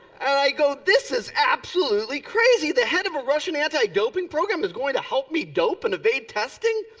and i go, this is absolutely crazy. the head of a russian anti-doping program is going to help me dope and evade testing?